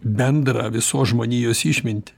bendrą visos žmonijos išmintį